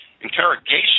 Interrogation